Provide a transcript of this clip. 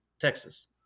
Texas